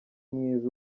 mwiza